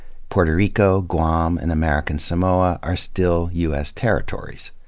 puerto rico, guam, and american samoa are still u s. territories.